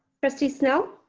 trustee snell.